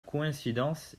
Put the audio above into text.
coïncidence